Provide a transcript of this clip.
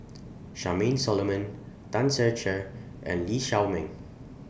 Charmaine Solomon Tan Ser Cher and Lee Shao Meng